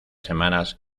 semanas